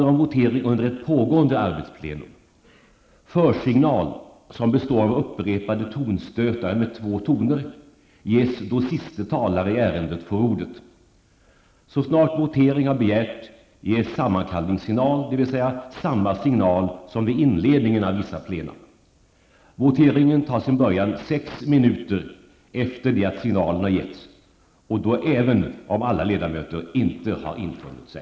Försignal, som består av upprepade tonstötar med två toner, ges då siste talare i ärendet får ordet. Så snart votering har begärts ges sammankallningssignal, dvs. samma signal som vid inledningen av vissa plena. Voteringen tar sin början sex minuter efter det att signalen har getts och då även om alla ledamöter inte har infunnit sig.